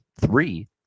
three